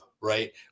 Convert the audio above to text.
Right